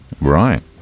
Right